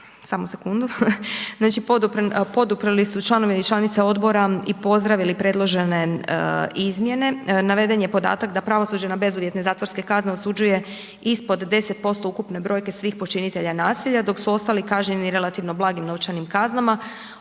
Poduprli su članice i članovi odbora i pozdravili predložene izmjene. Naveden je podatak da pravosuđe na bezuvjetne zatvorske kazne osuđuje ispod 10% ukupne brojke svih počinitelja nasilja, dok su ostali kažnjeni relativno blagim novčanim kaznama